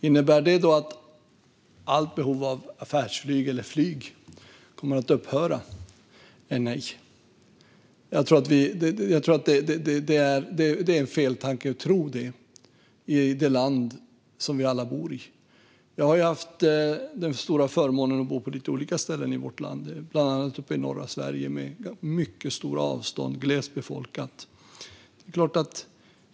Innebär detta att allt behov av affärsflyg, eller flyg, kommer att upphöra? Nej. Jag tror att det är feltänkt att tro detta i det land som vi alla bor i. Jag har haft den stora förmånen att bo på lite olika ställen i vårt land, bland annat uppe i norra Sverige, som har mycket stora avstånd och är glest befolkat.